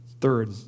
Third